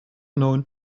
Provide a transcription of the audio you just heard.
known